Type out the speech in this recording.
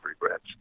regrets